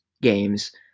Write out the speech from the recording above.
games